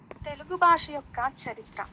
తెలుగు భాష యొక్క చరిత్ర